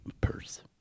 purse